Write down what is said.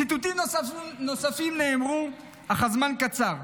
ציטוטים נוספים נאמרו, אך הזמן קצר.